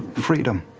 freedom.